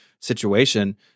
situation